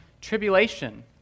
tribulation